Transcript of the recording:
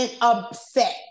upset